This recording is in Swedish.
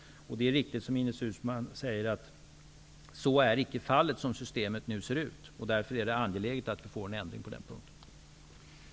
Det är riktigt som Ines Uusmann säger att så icke är fallet som systemet nu ser ut. Därför är det angeläget att vi får en ändring på den punkten.